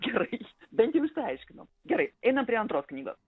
gerai bent jau išsiaiškino gerai einam prie antros knygos